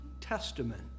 Testament